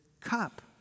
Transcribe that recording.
cup